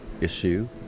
issue